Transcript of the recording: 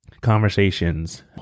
conversations